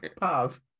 Pav